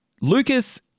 Lucas